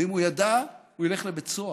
ואם הוא ידע הוא ילך לבית סוהר,